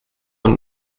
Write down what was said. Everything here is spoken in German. und